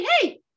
Hey